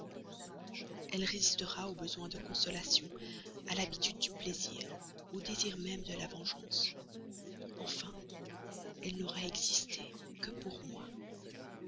elle résistera au besoin de consolation à l'habitude du plaisir au désir même de la vengeance enfin elle n'aura existé que pour moi